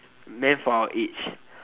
meant for our age